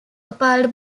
appalled